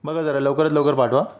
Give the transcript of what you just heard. बघा जरा लवकरात लवकर पाठवा